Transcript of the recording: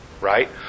right